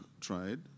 tried